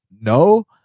No